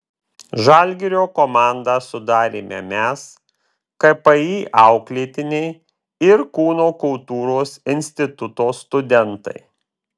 žalgirio komandą sudarėme mes kpi auklėtiniai ir kūno kultūros instituto studentai